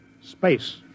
space